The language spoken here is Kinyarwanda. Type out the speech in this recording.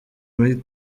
kuri